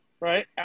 right